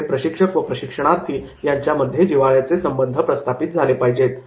तिथे प्रशिक्षक व प्रशिक्षणार्थी यांच्यामध्ये जिव्हाळ्याचे संबंध प्रस्थापित झाले पाहिजे